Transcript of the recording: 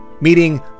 meeting